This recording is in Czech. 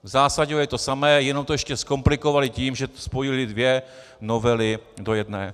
V zásadě to samé, jenom to ještě zkomplikovali tím, že spojili dvě novely do jedné.